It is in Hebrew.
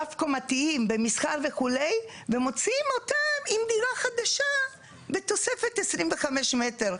רב קומתיים ומסחר וכו' ומוציאים אותם עם דירה חדשה בתוספת 25 מטר.